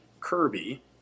Kirby